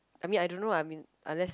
I mean I don't know lah I mean unless